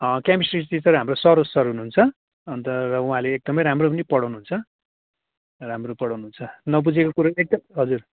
chemistry teacher हाम्रो Saroj sir हुनुहुन्छ अन्त उहाँले एकदमै राम्रो पनि पढाउनु हुन्छ राम्रो पढाउनु हुन्छ नबुझेको कुरो एकदम हजुर